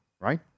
right